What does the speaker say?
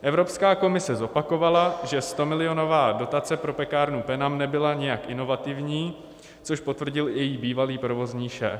Evropská komise zopakovala, že stomilionová dotace pro pekárnu Penam nebyla nijak inovativní, což potvrdil i její bývalý provozní šéf.